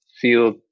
feel